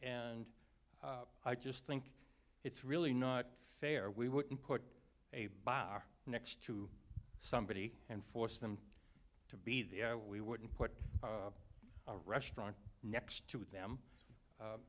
and i just think it's really not fair we wouldn't put a bar next to somebody and force them to be the we wouldn't put a restaurant next to them